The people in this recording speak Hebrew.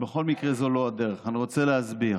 בכל מקרה, זאת לא הדרך, ואני רוצה להסביר.